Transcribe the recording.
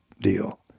deal